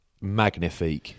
magnifique